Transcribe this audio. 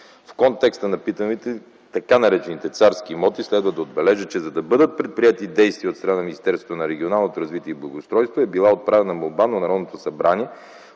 В контекста на питането ви по така наречените царски имоти следва да отбележа, че за да бъдат предприети действия от страна на Министерството на регионалното развитие и благоустройството, е била отправена молба на Народното събрание